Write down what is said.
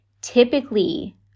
typically